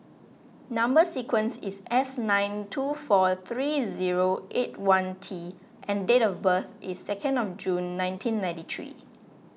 Number Sequence is S nine two four three zero eight one T and date of birth is second of June nineteen ninety three